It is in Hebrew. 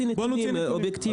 בוא נוציא נתונים אובייקטיבים.